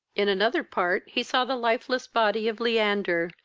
in another part, he saw the lifeless body of leander,